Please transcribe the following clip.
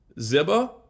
Ziba